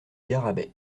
garrabet